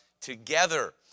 together